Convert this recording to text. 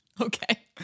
Okay